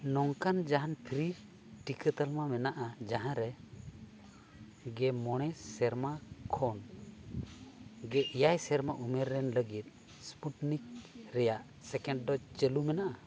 ᱱᱚᱝᱠᱟᱱ ᱡᱟᱦᱟᱱ ᱯᱷᱨᱤ ᱴᱤᱠᱟᱹ ᱛᱟᱞᱢᱟ ᱢᱮᱱᱟᱜᱼᱟ ᱡᱟᱦᱟᱸᱨᱮ ᱜᱮ ᱢᱚᱬᱮ ᱥᱮᱨᱢᱟ ᱠᱷᱚᱱ ᱜᱮ ᱮᱭᱟᱭ ᱥᱮᱨᱢᱟ ᱩᱢᱮᱨ ᱨᱮᱱ ᱞᱟᱹᱜᱤᱫ ᱥᱯᱩᱴᱚᱱᱤᱠ ᱨᱮᱭᱟᱜ ᱥᱮᱠᱮᱱᱰ ᱰᱳᱡᱽ ᱪᱟᱹᱞᱩ ᱢᱮᱱᱟᱜᱼᱟ